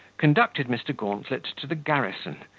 conducted mr. gauntlet to the garrison,